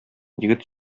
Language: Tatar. егет